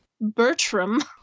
Bertram